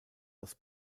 aus